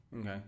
Okay